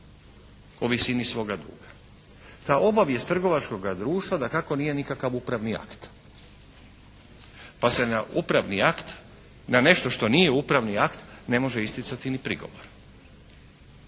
o visini svoga duga. Ta obavijest trgovačkoga društva dakako nije nikakav upravni akt. Pa se na upravni akt, na nešto što nije upravni akt ne može isticati ni prigovor.